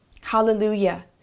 Hallelujah